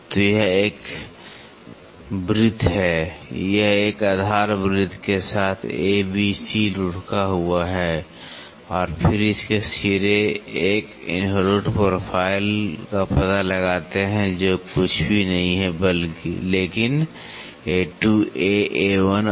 तो यह एक वृत्त है यह एक आधार वृत्त के साथA B C लुढ़का हुआ है फिर इसके सिरे एक इनवॉल्यूट प्रोफाइल का पता लगाते हैं जो कुछ भी नहीं है लेकिन और